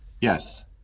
Yes